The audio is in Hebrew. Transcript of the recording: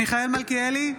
מלכיאלי,